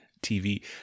TV